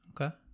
Okay